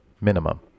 minimum